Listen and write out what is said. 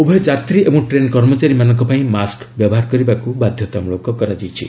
ଉଭୟ ଯାତ୍ରୀ ଏବଂ ଟ୍ରେନ୍ କର୍ମଚାରୀମାନଙ୍କ ପାଇଁ ମାସ୍କ ବ୍ୟବହାର କରିବାକୁ ବାଧ୍ୟତାମୂଳକ କରାଯାଇଛି